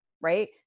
right